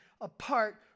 apart